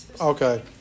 Okay